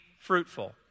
fruitful